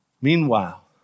Meanwhile